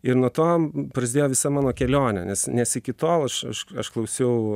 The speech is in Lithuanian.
ir nuo to prasidėjo visa mano kelionės nes nes iki tol aš aš aš klausiau